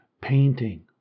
painting